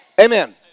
Amen